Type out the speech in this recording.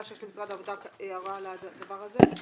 שיש למשרד העבודה הערה על הדבר הזה.